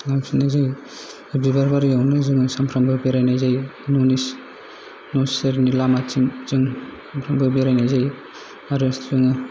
नायफिननाय जायो बे बिबार बारियावनो जोङो सानफ्रामबो बेरायनाय जायो ननि न' सेरनि लामाथिं जों सानफ्रोमबो बेरायनाय जायो आरो जोङो